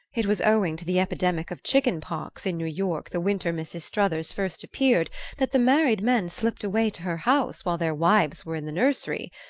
it was owing to the epidemic of chicken-pox in new york the winter mrs. struthers first appeared that the married men slipped away to her house while their wives were in the nursery.